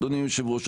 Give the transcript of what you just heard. אדוני היושב-ראש,